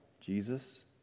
Jesus